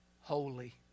Holy